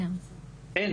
אין